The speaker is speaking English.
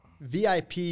vip